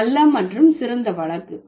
நல்ல நல்ல மற்றும் சிறந்த வழக்கு